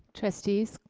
trustees,